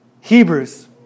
Hebrews